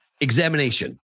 examination